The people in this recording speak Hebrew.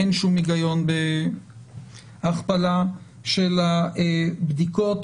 אין כל הגיון בהכפלה של הבדיקות.